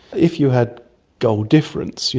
if you had goal difference, you